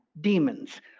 Demons